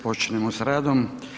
počinjemo s radom.